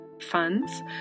funds